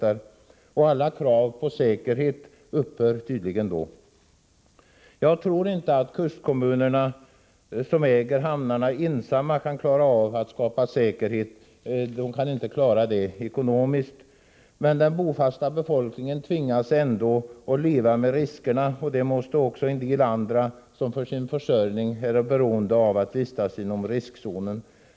Alla krav på säkerhet upphör tydligen. Jag tror inte att kustkommunerna som äger hamnarna ensamma kan klara av ekonomiskt att skapa säkerhet. Den bofasta befolkningen tvingas ändå leva med riskerna, och det måste också en del andra göra som för sin försörjning är beroende av att vistas inom riskzonen.